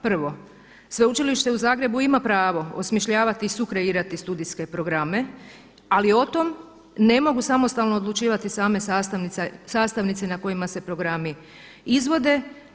Prvo, Sveučilište u Zagrebu ima pravo osmišljavati i sukreirati studijske programe, ali o tom ne mogu samostalno odlučivati same sastavnice na kojima se programi izvode.